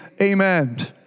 amen